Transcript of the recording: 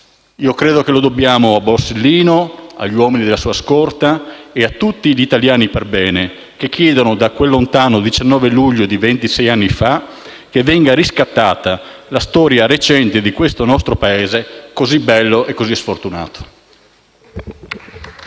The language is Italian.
Credo che lo dobbiamo a Borsellino, agli uomini della sua scorta e a tutti gli italiani perbene, che, da quel lontano 19 luglio di ventisei anni fa, chiedono che venga riscattata la storia recente di questo nostro Paese così bello e così sfortunato.